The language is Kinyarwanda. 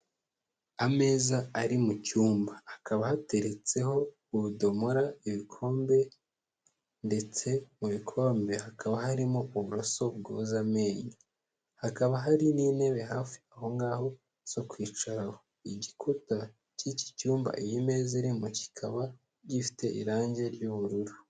Ameza ari mu cyumba, hakaba hateretseho ubudomora, ibikombe ndetse mu bikombe hakaba harimo uburoso bwoza amenyo, hakaba hari n'intebe hafi aho ngaho zo kwicaraho igikuta cy'iki cyumba iyi meza irimo kikaba gifite irangi ry'ubururu.